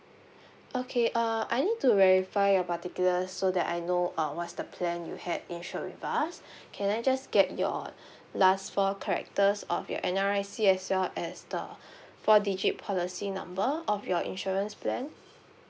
okay uh I need to verify your particulars so that I know uh what's the plan you had insured with us can I just get your last four characters of your N_R_I_C as well as the four digit policy number of your insurance plan